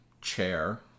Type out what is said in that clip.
chair